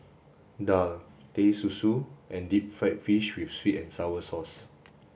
Daal Teh Susu and deep fried fish with sweet and sour sauce